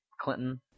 clinton